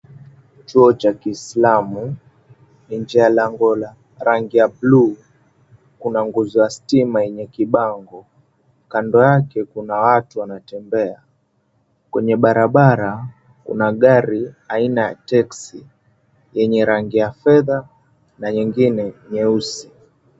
Chuo cha kiislamu, nje ya lango la rangi ya buluu kuna nguzo ya stima yenye kibango. Kando yake kuna watu wanatembea. Kwenye barabara kuna gari aina ya texi yenye rangi ya fedha na nyingine nyeusi.